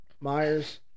Myers